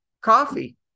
coffee